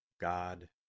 God